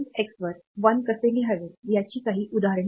X वर 1 कसे लिहावे याची काही उदाहरणे घेऊ